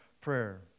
prayer